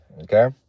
okay